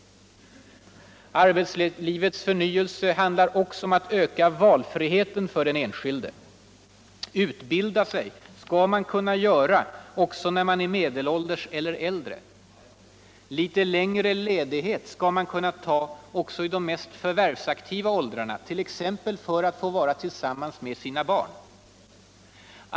Men arbetslivets förnyelse handlar också om att öka valfriheren för den enskilde. | Utbilda sig skall man också kunna göra när man är medelålders eller äldre. Litet längre ledighet skall man kunna ta också i de mest förvärvsaktiva åldrarna. t.ex. för att få vara tillsammans med sina barn.